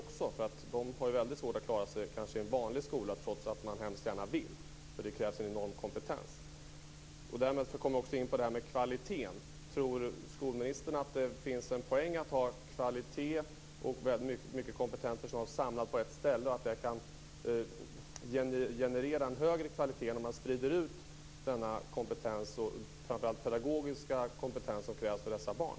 De har kanske väldigt svårt att klara sig i en vanlig skola, trots att de hemskt gärna vill, eftersom det krävs en enorm kompetens. Jag kommer därmed också in på frågan om kvalitet. Tror skolministern att det finns en poäng att ha kvalitet och mycket kompetent personal samlad på ett ställe och att det kan generera en högre kvalitet än om man sprider ut denna framför allt pedagogiska kompetens som behövs för dessa barn?